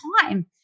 time